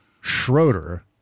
Schroeder